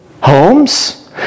homes